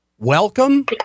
Welcome